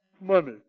money